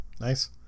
Nice